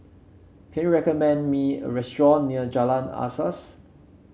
can you recommend me a restaurant near Jalan Asas